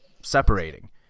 separating